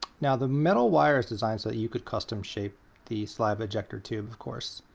now, the metal wire is designed so that you could custom shape the saliva ejector tube, of course.